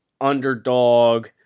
underdog